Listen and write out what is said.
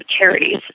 charities